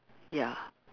ya